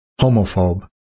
homophobe